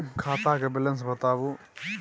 खाता के बैलेंस बताबू?